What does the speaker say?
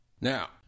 Now